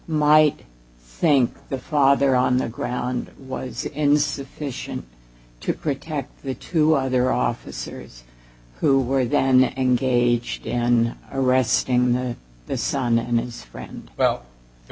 might think the father on the ground was insufficient to protect the two other officers who were then engaged in arresting the son and his friend well the